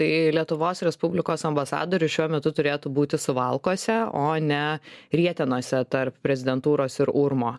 tai lietuvos respublikos ambasadorius šiuo metu turėtų būti suvalkuose o ne rietenose tarp prezidentūros ir urmo